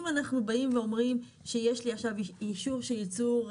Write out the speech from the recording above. אם אנחנו באים ואומרים שיש לי עכשיו אישור של ייצור,